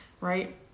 right